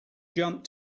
jump